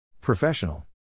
Professional